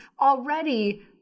already